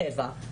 שבע.